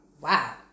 wow